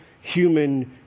human